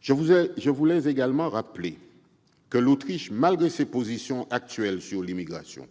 Je veux également rappeler que l'Autriche, malgré ses prises de position actuelles sur l'immigration,